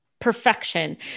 Perfection